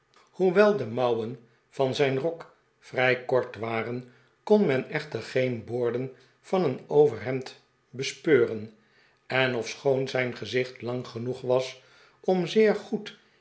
de mouwen van zijn rok vrij kort waren kon men echter geen boorden van een overhemd bespeuren en ofschoon zijn gezicht lang genoeg was om zeer goed